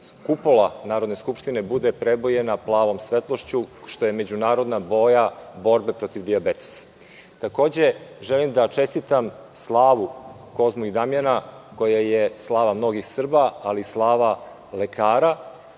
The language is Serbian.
kupola Narodne skupštine bude prebojena plavom svetlošću, što je međunarodna boja borbe protiv dijabetesa. Takođe želim da čestitam slavu Sveti Kozma i Damjan koja je slava mnogih Srba, ali i slava mnogih